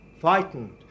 frightened